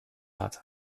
hat